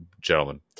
gentlemen